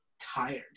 tired